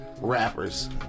rappers